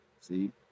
See